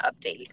update